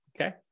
okay